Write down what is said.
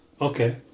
Okay